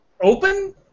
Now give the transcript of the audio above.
open